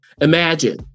imagine